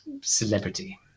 celebrity